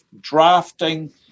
drafting